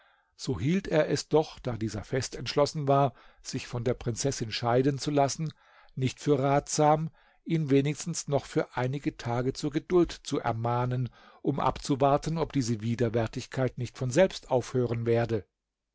so hielt er es doch da dieser fest entschlossen war sich von der prinzessin scheiden zu lassen nicht für ratsam ihn wenigstens noch für einige tage zur geduld zu ermahnen um abzuwarten ob diese widerwärtigkeit nicht von selbst aufhören werde